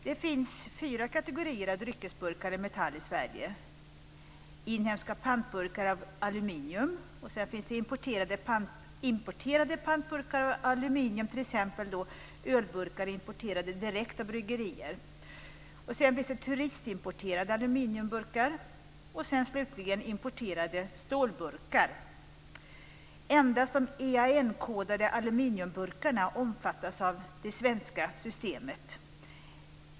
Det finns fyra kategorier av dryckesburkar i metall i Sverige: inhemska pantburkar av aluminium, importerade pantburkar av aluminium, t.ex. ölburkar importerade direkt av bryggerier, turistimporterade aluminiumburkar och slutligen importerade stålburkar. Endast de EAN-kodade aluminiumburkarna omfattas av det svenska systemet.